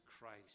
Christ